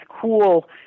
cool